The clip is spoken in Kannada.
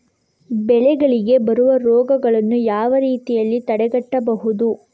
ಬೆಳೆಗಳಿಗೆ ಬರುವ ರೋಗಗಳನ್ನು ಯಾವ ರೀತಿಯಲ್ಲಿ ತಡೆಗಟ್ಟಬಹುದು?